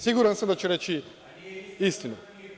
Siguran sam da će reći istinu.